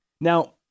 Now